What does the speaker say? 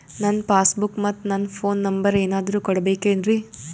ನನ್ನ passbook ಮತ್ ನನ್ನ ಫೋನ್ ನಂಬರ್ ಏನಾದ್ರು ಕೊಡಬೇಕೆನ್ರಿ?